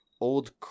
old